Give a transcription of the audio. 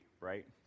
right